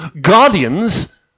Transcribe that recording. Guardians